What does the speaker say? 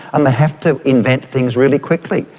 and they have to invent things really quickly.